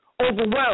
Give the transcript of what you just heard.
Overwhelmed